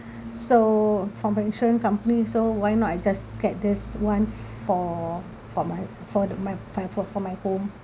so from the insurance company so why not I just get this one for for my for the my my for my home